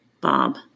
Bob